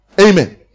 Amen